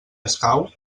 escau